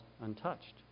untouched